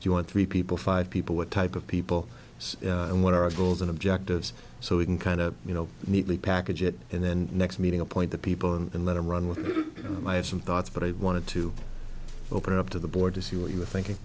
do you want three people five people what type of people and what are our goals and objectives so we can kind of you know neatly package it and then next meeting appoint the people and let them run with it i have some thoughts but i wanted to open up to the board to see what you were thinking